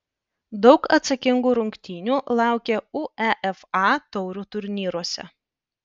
daug atsakingų rungtynių laukia uefa taurių turnyruose